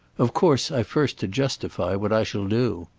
of course i've first to justify what i shall do.